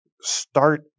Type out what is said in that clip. start